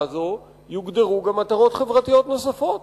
יוגדרו גם מטרות חברתיות נוספות,